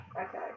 Okay